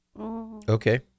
Okay